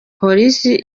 polisi